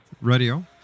Radio